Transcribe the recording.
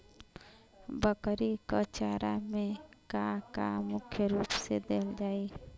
बकरी क चारा में का का मुख्य रूप से देहल जाई?